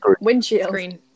Windshield